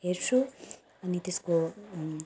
हेर्छु अनि त्यसको